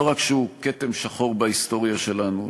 לא רק שהוא כתם שחור בהיסטוריה שלנו,